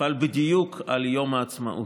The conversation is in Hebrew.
נפל בדיוק על יום העצמאות.